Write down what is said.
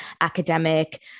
academic